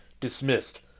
Dismissed